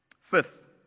Fifth